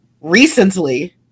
recently